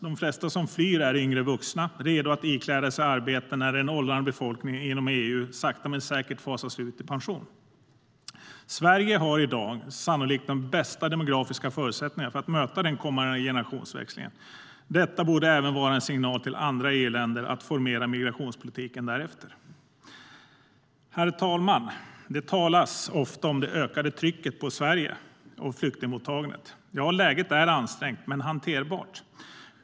De flesta som flyr är yngre vuxna, redo att ikläda sig arbeten när den åldrande befolkningen inom EU sakta men säkert fasas ut i pension. Sverige har i dag sannolikt de bästa demografiska förutsättningarna för att möta den kommande generationsväxlingen. Detta borde vara en signal till andra EU-länder att formera migrationspolitiken därefter. Herr talman! Det talas ofta om det ökade trycket på Sverige och flyktingmottagandet. Ja, läget är ansträngt, men hanterbart.